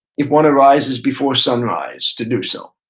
if one arises before sunrise to do so.